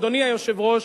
אדוני היושב-ראש,